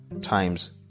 times